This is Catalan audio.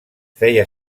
feia